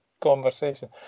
conversation